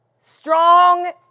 strong